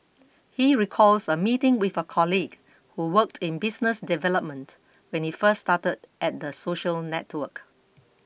he recalls a meeting with a colleague who worked in business development when he first started at the social network